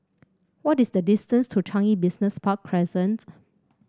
what is the distance to Changi Business Park Crescent